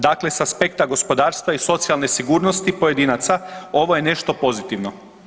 Dakle, s aspekta gospodarstva i socijalne sigurnosti pojedinaca ovo je nešto pozitivno.